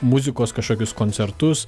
muzikos kažkokius koncertus